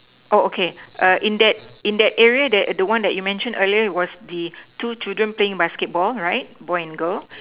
oh okay err in that in that area that the one you mention earlier was the two children playing basketball right boy and girl